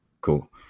cool